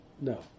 No